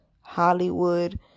Hollywood